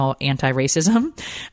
anti-racism